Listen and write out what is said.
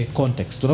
context